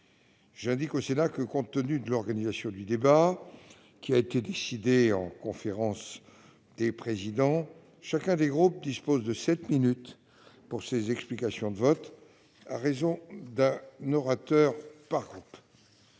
J'indique au Sénat que, compte tenu de l'organisation du débat décidée par la conférence des présidents, chacun des groupes dispose de sept minutes pour ces explications de vote, à raison d'un orateur par groupe.